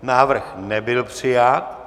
Návrh nebyl přijat.